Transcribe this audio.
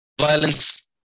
violence